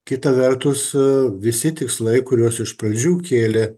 kita vertus visi tikslai kuriuos iš pradžių kėlė